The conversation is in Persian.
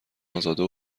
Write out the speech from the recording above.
ازاده